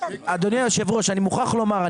אדוני היושב ראש, אני מוכרח לומר,